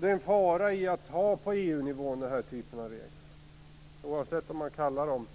Det är en fara i att ha den här typen av regler på EU-nivå, oavsett om man kallar dem